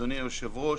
אדוני היושב-ראש.